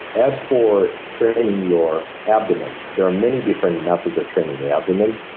as for training your abdomen, there are many different methods of training the abdomen,